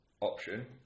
option